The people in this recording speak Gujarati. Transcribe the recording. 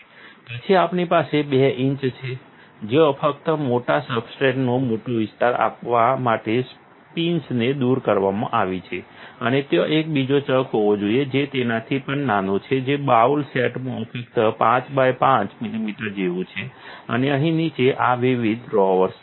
પછી આપણી પાસે 2 ઇંચ છે જ્યાં ફક્ત મોટા સબસ્ટ્રેટને મોટો વિસ્તાર આપવા માટે પિન્સને દૂર કરવામાં આવી છે અને ત્યાં એક બીજો ચક હોવો જોઈએ જે તેનાથી પણ નાનો છે જે બાઉલ સેટમાં ફક્ત 5 બાય 5 મિલિમીટર જેવુ છે અને અહીં નીચે આ વિવિધ ડ્રોઅર્સ છે